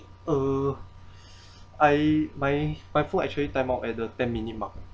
uh I my by full actually time out at the ten minute mark